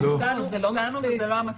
אנחנו הופתענו, זה לא המצב.